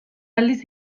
aldiz